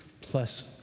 plus